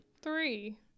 Three